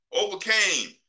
overcame